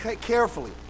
carefully